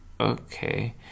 okay